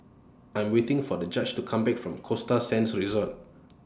I Am waiting For The Judge to Come Back from Costa Sands Resort